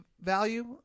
value